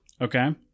okay